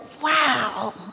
wow